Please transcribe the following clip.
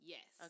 Yes